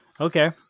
Okay